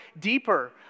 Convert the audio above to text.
deeper